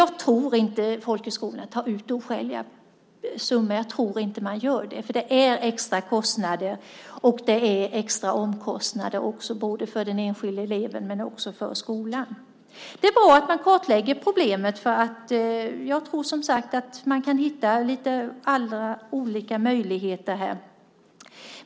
Jag tror inte att folkhögskolorna tar ut oskäliga summor. Det blir extra kostnader både för den enskilde eleven och för skolan. Det är bra att man kartlägger problemet. Jag tror som sagt att man kan hitta olika möjligheter här.